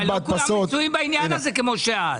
לא כולם מצויים בעניין הזה כמו שאת.